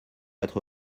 être